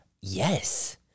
Yes